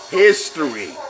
history